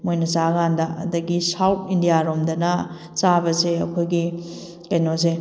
ꯃꯣꯏꯅ ꯆꯥꯕ ꯀꯥꯟꯗ ꯑꯗꯒꯤ ꯁꯥꯎꯠ ꯏꯟꯗꯤꯌꯥꯔꯣꯝꯗꯅ ꯆꯥꯕꯁꯦ ꯑꯩꯈꯣꯏꯒꯤ ꯀꯩꯅꯣꯁꯦ